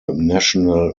national